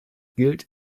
gilt